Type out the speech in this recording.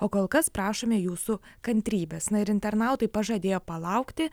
o kol kas prašome jūsų kantrybės na ir internautai pažadėjo palaukti